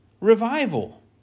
revival